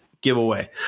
giveaway